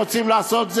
זה